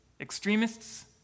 extremists